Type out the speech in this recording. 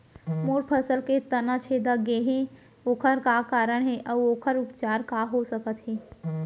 मोर फसल के तना छेदा गेहे ओखर का कारण हे अऊ ओखर उपचार का हो सकत हे?